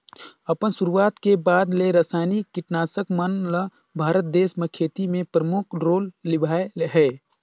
अपन शुरुआत के बाद ले रसायनिक कीटनाशक मन ल भारत देश म खेती में प्रमुख रोल निभाए हे